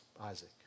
Isaac